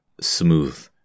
smooth